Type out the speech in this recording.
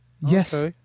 Yes